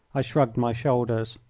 i shrugged my shoulders.